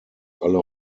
alle